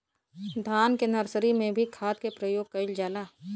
धान के नर्सरी में भी खाद के प्रयोग कइल जाला?